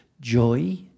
joy